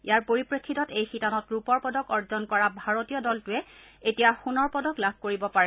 ইয়াৰ পৰিপ্ৰেক্ষিতত এই শিতানত ৰূপৰ পদক অৰ্জন কৰা ভাৰতীয় দলটোৱে এতিয়া সোণৰ পদক লাভ কৰিব পাৰে